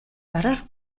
дараах